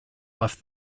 left